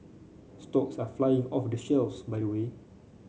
stocks are flying off the shares by the way